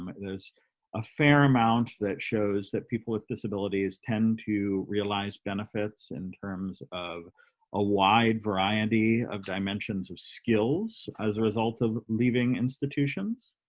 um there's a fair amount that shows that people with disabilities tend to realize benefits in terms of a wide variety of dimensions of skills as a result of leaving institutions.